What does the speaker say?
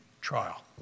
trial